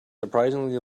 surprisingly